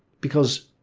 because,